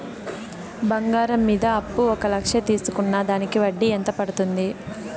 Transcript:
బంగారం మీద అప్పు ఒక లక్ష తీసుకున్న దానికి వడ్డీ ఎంత పడ్తుంది?